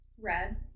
red